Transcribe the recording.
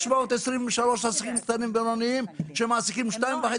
623,000 עסקים קטנים ובינוניים שמעסיקים 2.5